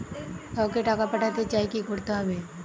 কাউকে টাকা পাঠাতে চাই কি করতে হবে?